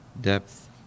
depth